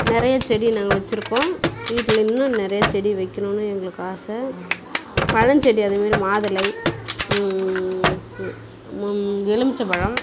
நிறைய செடி நாங்கள் வச்சிருக்கோம் வீட்டில் இன்னும் நிறைய செடி வைக்கணும்னு எங்களுக்கு ஆசை பழம் செடி அதேமாதிரி மாதுளை எலுமிச்சபழம்